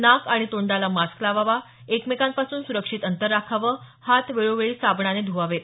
नाक आणि तोंडाला मास्क लावावा एकमेकांपासून सुरक्षित अंतर राखावं हात वेळोवेळी साबणाने ध्वावेत